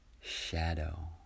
shadow